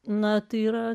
na tai yra